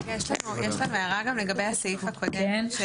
רגע, יש לנו גם הערה לגבי הסעיף הקודם.